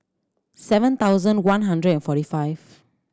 seven thousand one hundred and forty five